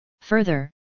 Further